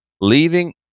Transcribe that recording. Leaving